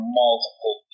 multiple